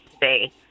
today